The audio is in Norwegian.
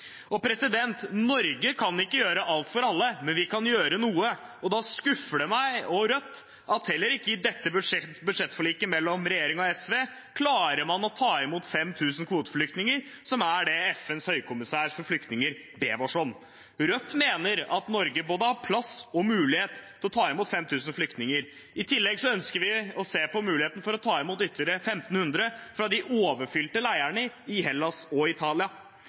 Norge kan ikke gjøre alt for alle, men vi kan gjøre noe. Da skuffer det meg og Rødt at heller ikke i dette budsjettforliket mellom regjeringen og SV klarer man å ta imot 5 000 kvoteflyktinger, som er det FNs høykommissær for flyktninger ber oss om. Rødt mener at Norge både har plass og mulighet til å ta imot 5 000 flyktninger. I tillegg ønsker vi å se på muligheten for å ta imot ytterligere 1 500 fra de overfylte leirene i Hellas og Italia.